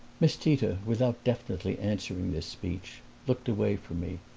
miss tita, without definitely answering this speech, looked away from me,